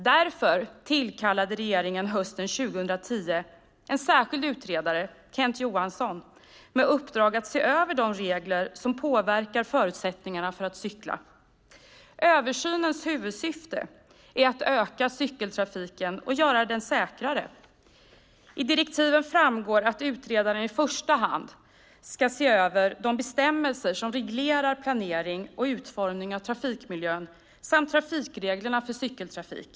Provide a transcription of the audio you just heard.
Därför tillkallade regeringen hösten 2010 en särskild utredare, Kent Johansson, med uppdrag att se över de regler som påverkar förutsättningarna för att cykla. Översynens huvudsyfte är att öka cykeltrafiken och göra den säkrare. I direktiven framgår att utredaren i första hand ska se över de bestämmelser som reglerar planering och utformning av trafikmiljön samt trafikreglerna för cykeltrafik.